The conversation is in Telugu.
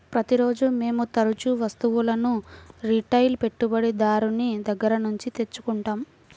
ప్రతిరోజూ మేము తరుచూ వస్తువులను రిటైల్ పెట్టుబడిదారుని దగ్గర నుండి తెచ్చుకుంటాం